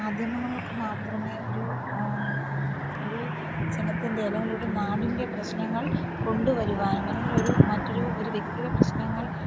മാധ്യമങ്ങൾക്ക് മാത്രമേ ഒരു ഒരു ജനത്തിൻ്റെ അല്ലെങ്കിൽ ഒരു നാടിൻ്റെ പ്രശ്നങ്ങൾ കൊണ്ടുവരുവാനും അല്ലെങ്കിലൊരു മറ്റൊരു ഒരു വ്യക്തിയുടെ പ്രശ്നങ്ങൾ